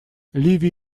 ливия